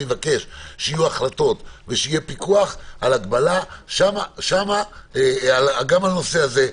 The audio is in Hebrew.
אני מבקש שיהיו החלטות ושיהיה פיקוח על הגבלה גם על הנושא הזה,